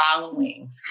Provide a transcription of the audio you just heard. following